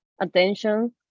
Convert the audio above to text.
attention